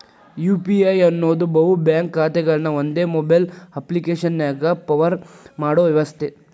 UPI ಅನ್ನೋದ್ ಬಹು bank ಖಾತೆಗಳನ್ನ ಒಂದೇ ಮೊಬೈಲ್ ಅಪ್ಪ್ಲಿಕೆಶನ್ಯಾಗ ಪವರ್ ಮಾಡೋ ವ್ಯವಸ್ಥೆ